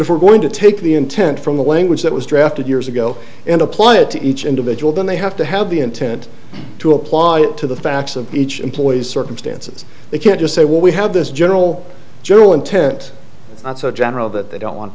if we're going to take the intent from the language that was drafted years ago and apply it to each individual then they have to have the intent to apply it to the facts of each employee's circumstances they can't just say well we have this general general intent it's not so general that they don't want